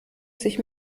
sich